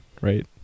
right